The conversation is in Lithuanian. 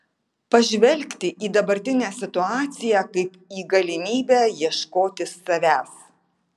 pažvelgti į dabartinę situaciją kaip į galimybę ieškoti savęs